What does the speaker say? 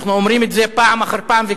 אנחנו אומרים את זה פעם אחר פעם,